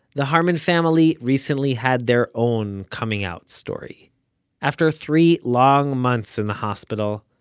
the harman family recently had their own coming out story after three long months in the hospital,